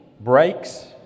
breaks